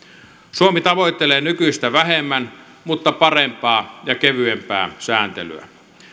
suomi tavoittelee nykyistä vähemmän mutta parempaa ja kevyempää sääntelyä